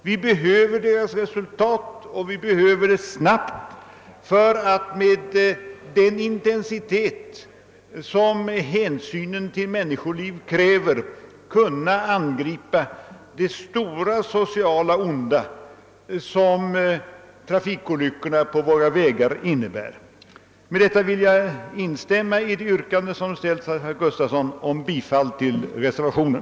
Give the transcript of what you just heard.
Vi behöver deras resultat, och vi behöver dem snabbt för att med den intensitet som hänsynen till människoliv kräver kunna angripa det stora sociala onda som trafikolyckorna på våra vägar utgör. Herr talman! Med det anförda vill jag instämma i det yrkande som här ställts av herr Gustafson i Göteborg om bifall till reservationen.